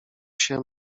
się